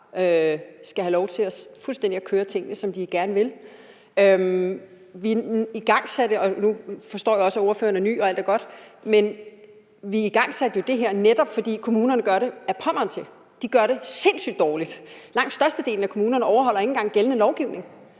skal have lov til at køre tingene, fuldstændig som de gerne vil. Nu forstår jeg også, at ordføreren er ny og alt er godt, men vi igangsatte jo det her, netop fordi kommunerne gør det ad Pommern til. De gør det sindssyg dårligt. Langt størstedelen af kommunerne overholder ikke engang gældende lovgivning,